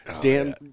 Dan